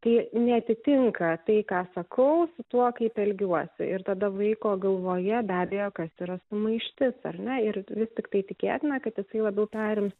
kai neatitinka tai ką sakau su tuo kaip elgiuosi ir tada vaiko galvoje be abejo kas yra sumaištis ar ne ir vis tiktai tikėtina kad jisai labiau perims